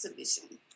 exhibition